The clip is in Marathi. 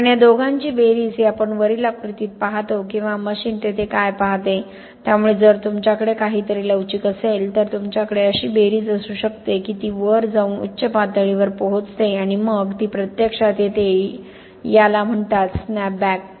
कारण या दोघांची बेरीज ही आपण वरील आकृतीत पाहतो किंवा मशीन तेथे काय पाहते त्यामुळे जर तुमच्याकडे काहीतरी लवचिक असेल तर तुमच्याकडे अशी बेरीज असू शकते की ती वर जाऊन उच्च पातळीवर पोहोचते आणि मग ती प्रत्यक्षात येते याला म्हणतात स्नॅपबॅक